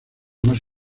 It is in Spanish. más